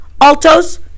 Altos